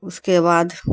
اس کے بعد